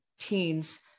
teens